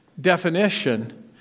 definition